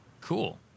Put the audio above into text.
Cool